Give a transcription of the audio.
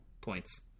Points